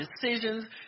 decisions